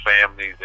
families